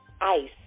ICE